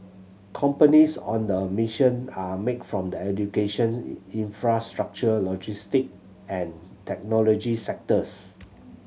companies on the mission are make from the education infrastructure logistic and technology sectors